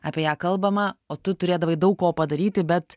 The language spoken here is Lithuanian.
apie ją kalbama o tu turėdavai daug ko padaryti bet